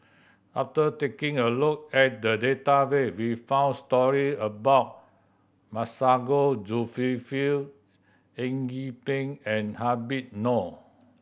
after taking a look at the database we found story about Masago Zulkifli Eng Yee Peng and Habib Noh